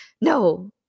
no